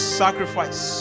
sacrifice